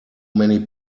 many